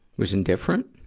was indifferent?